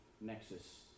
nexus